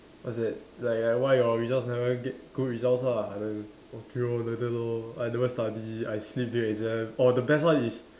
what's that like uh why your results never get good results lah I'm like okay lor like that lor I never study I sleep during exam or the best one is